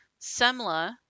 semla